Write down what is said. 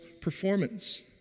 performance